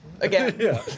Again